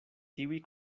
tiuj